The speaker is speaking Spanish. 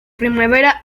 primavera